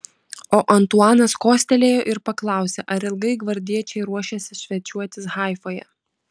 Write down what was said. o antuanas kostelėjo ir paklausė ar ilgai gvardiečiai ruošiasi svečiuotis haifoje